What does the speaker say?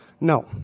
No